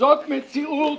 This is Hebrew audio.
זאת מציאות